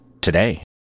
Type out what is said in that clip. today